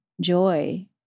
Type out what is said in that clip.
joy